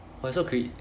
but it's so cr~